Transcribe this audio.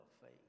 faith